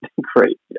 great